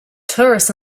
tourists